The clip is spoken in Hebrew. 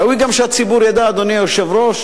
ראוי גם שהציבור ידע, אדוני היושב-ראש,